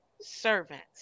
servants